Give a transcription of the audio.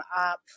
up